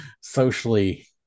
socially